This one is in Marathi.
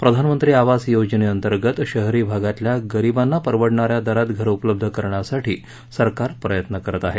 प्रधानमंत्री आवास योजनेअंतर्गत शहरी भागातल्या गरिबांना परवडणा या दरात घर उपलब्ध करण्यासाठी सरकार प्रयत्न करत आहे